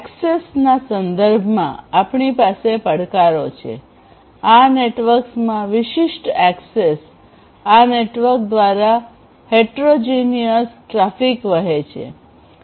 એક્સેસના સંદર્ભમાં આપણી પાસે પડકારો છે આ નેટવર્ક્સમાં વિશિષ્ટ એક્સેસ આ નેટવર્ક્સ દ્વારા હેટેરોજેનેઓસ ટ્રાફિક વહે છે